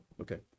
okay